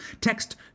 Text